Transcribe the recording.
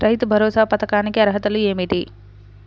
రైతు భరోసా పథకానికి అర్హతలు ఏమిటీ?